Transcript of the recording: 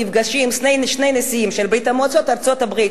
נפגשים שני נשיאים, של ברית-המועצות וארצות-הברית.